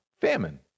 famine